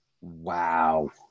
Wow